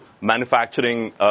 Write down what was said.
manufacturing